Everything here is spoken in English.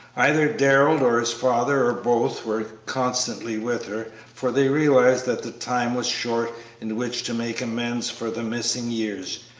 either darrell or his father, or both, were constantly with her, for they realized that the time was short in which to make amends for the missing years.